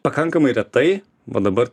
pakankamai retai o dabar